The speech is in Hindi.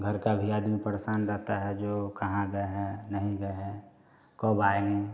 घर का भी आदमी परेशान रहता है जो कहाँ गए हैं नहीं गए हैं कब आएंगे